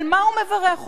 על מה הוא מברך אותו,